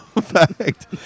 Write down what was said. fact